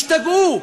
השתגעו.